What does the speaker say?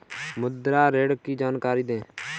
मुद्रा ऋण की जानकारी दें?